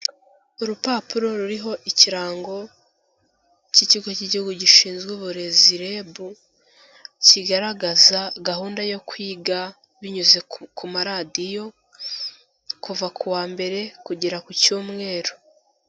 Urupapuro ruriho ikirango cy'ikigo cy'igihugu gishinzwe uburezi REBU, kigaragaza gahunda yo kwiga binyuze ku maradiyo, kuva kuwa mbere kugera ku cyumweru.